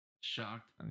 shocked